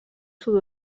sud